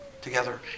together